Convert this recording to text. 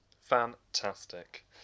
Fantastic